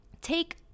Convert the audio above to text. Take